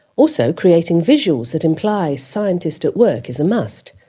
also creating visuals that imply scientist at work is a must.